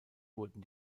wurden